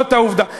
מי שמך?